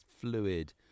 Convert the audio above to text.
fluid